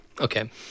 Okay